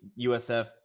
USF